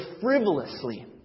frivolously